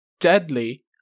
Deadly